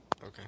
Okay